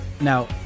Now